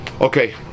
Okay